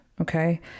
Okay